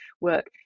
work